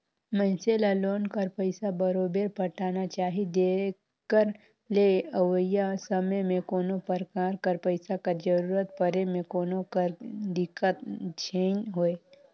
मइनसे ल लोन कर पइसा बरोबेर पटाना चाही जेकर ले अवइया समे में कोनो परकार कर पइसा कर जरूरत परे में कोनो कर दिक्कत झेइन होए